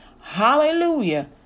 hallelujah